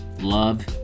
love